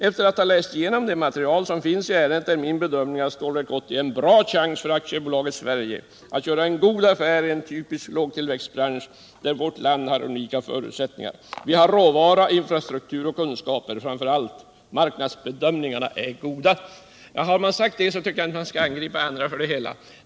Efter att ha läst igenom det material som finns i ärendet är min bedömning att Stålverk 80 är en bra chans för aktiebolaget Sverige att göra en god affär i en typisk lågtillväxtbransch, där vårt land har unika förutsättningar. Vi har råvara, infrastruktur och kunskaper, framför allt är marknadsbedömningarna goda.” Har man sagt detta tycker jag inte att man skall angripa andra för det hela.